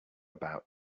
about